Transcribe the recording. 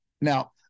Now